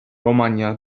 romanya